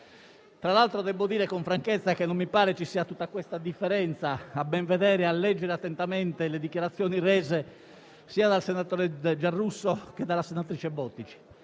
Tra l'altro, devo dire con franchezza che non mi pare ci sia tutta questa differenza, a ben vedere e a leggere attentamente le dichiarazioni rese sia dal senatore Giarrusso che dalla senatrice Bottici,